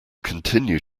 continue